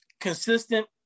consistent